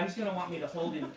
um going to want me to hold him.